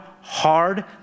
hard